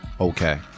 okay